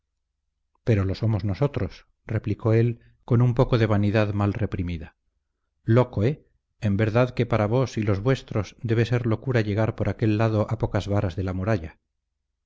pero lo somos nosotros replicó él con un poco de vanidad mal reprimida loco eh en verdad que para vos y los vuestros debe de ser locura llegar por aquel lado a pocas varas de la muralla